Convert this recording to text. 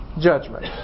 judgment